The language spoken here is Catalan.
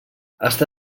està